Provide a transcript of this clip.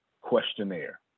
questionnaire